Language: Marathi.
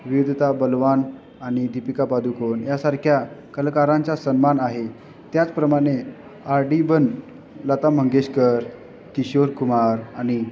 विविधता बलवान आणि दीपिका पादुकोन यासारख्या कलाकारांच्या सन्मान आहे त्याचप्रमाणे आर डी बर्मन लता मंगेशकर किशोर कुमार आणि